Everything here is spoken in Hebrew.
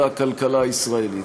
לכלכלה הישראלית.